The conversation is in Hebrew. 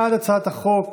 בעד הצעת החוק,